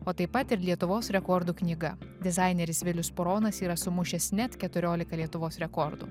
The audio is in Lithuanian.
o taip pat ir lietuvos rekordų knyga dizaineris vilius puronas yra sumušęs net keturiolika lietuvos rekordų